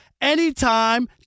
anytime